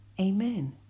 Amen